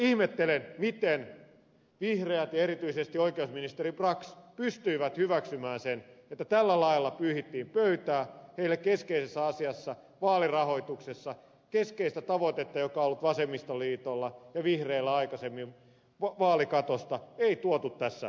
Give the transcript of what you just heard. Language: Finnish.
ihmettelen miten vihreät ja erityisesti oikeusministeri brax pystyivät hyväksymään sen että tällä lailla pyyhittiin pöytää heille keskeisessä asiassa vaalirahoituksessa että keskeistä tavoitetta joka on ollut vasemmistoliitolla ja vihreillä aikaisemmin vaalikatosta ei tuotu tässä esityksessä